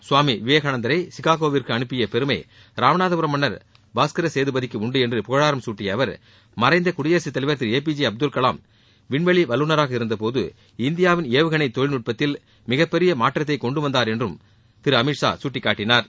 சுவாமி விவேகானந்தரை சிகாகோவுக்கு அனுப்பிய பெருமை ராமநாதபுர மன்னர் பாஸ்கர சேதுபதிக்கு உண்டு என்று புகழாரம் சூட்டிய அவர் மறைந்த குடியரசு தலைவர் Thiru A P J Abdul Kalam விண்வெளி நட்பத்தில் மிகப்பெரிய வல்லுனராக இருந்தபோது இந்தியாவின் ஏவுகணை தொழில் மாற்றத்தை கொண்டுவந்தார் என்றும் அவர் திரு அமித்ஷா கட்டிக்காட்டினார்